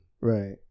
Right